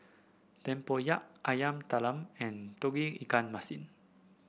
tempoyak Yam Talam and Tauge Ikan Masin